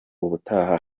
ubutaha